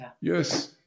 Yes